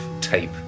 tape